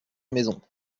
maisons